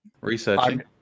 researching